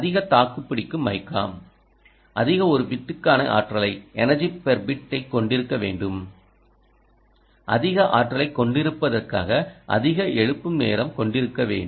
அதிக தாக்குபிடிக்கும் மைகா அதிக ஒரு பிட்டுக்கான ஆற்றலைக் கொண்டிருக்க வேண்டும் அதிக ஆற்றலைக் கொண்டிருப்பதற்காக அதிக எழுப்பும் நேரம் கொண்டிருக்க வேண்டும்